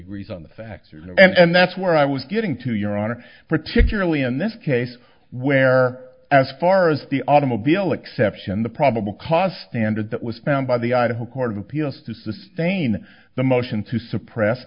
agrees on the facts you know and that's where i was getting to your honor particularly in this case where as far as the automobile exception the probable cause standard that was found by the idaho court of appeals to sustain the motion to suppress